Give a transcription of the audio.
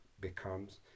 becomes